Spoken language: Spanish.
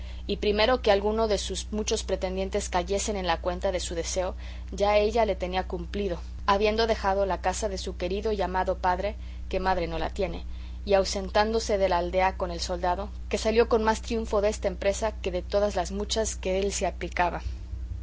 y primero que alguno de sus muchos pretendientes cayesen en la cuenta de su deseo ya ella le tenía cumplido habiendo dejado la casa de su querido y amado padre que madre no la tiene y ausentádose de la aldea con el soldado que salió con más triunfo desta empresa que de todas las muchas que él se aplicaba